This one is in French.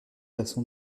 façon